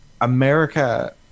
America